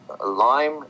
LIME